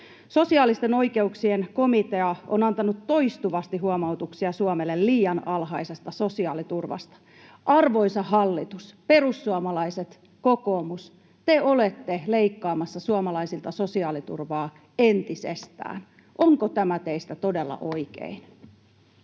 Sosiaalisten oikeuksien komitea on antanut toistuvasti huomautuksia Suomelle liian alhaisesta sosiaaliturvasta. Arvoisa hallitus, perussuomalaiset, kokoomus, te olette leikkaamassa suomalaisilta sosiaaliturvaa entisestään. Onko tämä teistä todella oikein?